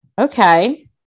okay